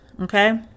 okay